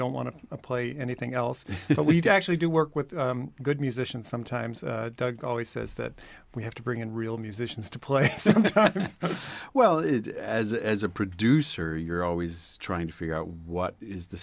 don't want to play anything else but we do actually do work with good musicians sometimes doug always says that we have to bring in real musicians to play as well as as a producer you're always trying to figure out what is the